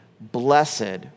Blessed